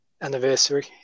anniversary